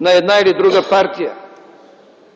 на една или друга партия.